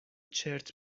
چرت